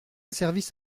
service